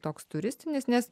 toks turistinis nes